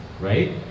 right